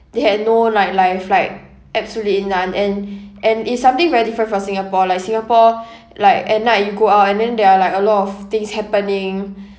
they had no nightlife like absolutely none and and it's something very different from singapore like singapore like at night you go out and then there are like a lot of things happening